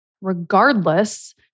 regardless